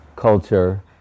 culture